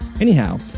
Anyhow